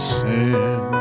sin